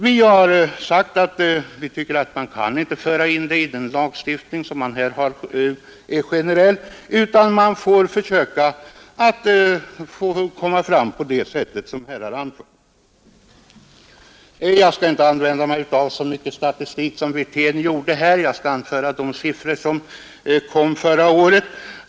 Vi har sagt att vi anser att man inte kan föra in ett sådant krav i en lagstiftning som är generell utan att man får försöka gå fram på det sätt som här har anförts. Jag skall inte använda mig av så mycket statistik som herr Wirtén gjorde. Jag skall bara anföra några av de siffror som lades fram förra året.